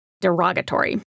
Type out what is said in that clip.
derogatory